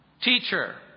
teacher